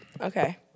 Okay